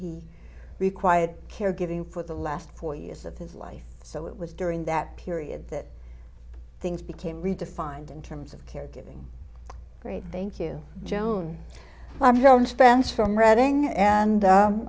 he required caregiving for the last four years of his life so it was during that period that things became redefined in terms of caregiving great thank you joan spence from reading and